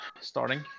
Starting